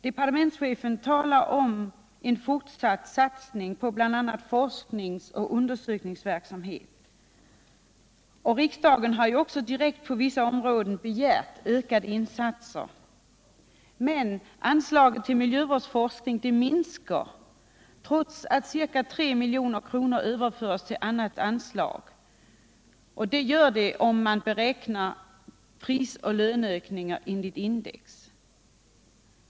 Departementschefen talar om en fortsatt satsning på bl.a. forskningsoch undersökningsverksamhet. Riksdagen har också på vissa områden direkt begärt ökade insatser. Men trots att ca 3 milj.kr. överförs till annat anslag minskar anslaget till miljövårdsforskning, om man beräknar prisoch löneökningar enligt index.